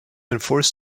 enforce